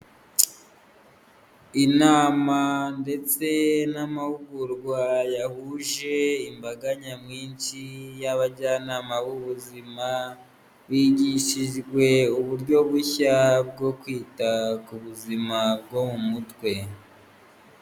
Inama ndetse n'amahugurwa yahuje imbaga nyamwinshi y'abajyanama b'ubuzima bigishijwe uburyo bushya bwo kwita ku buzima bwo mu mutwe.